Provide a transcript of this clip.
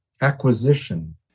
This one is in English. acquisition